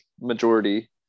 majority